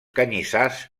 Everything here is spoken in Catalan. canyissars